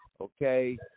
okay